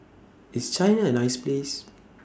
IS China A nice Place